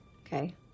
okay